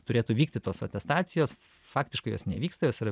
turėtų vykti tos atestacijos faktiškai jos nevyksta jos yra